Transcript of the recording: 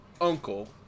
uncle